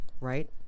right